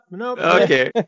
okay